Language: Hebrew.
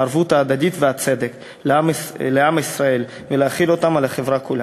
הערבות ההדדית והצדק לעם ישראל ולהחיל אותם על החברה כולה.